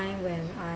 when I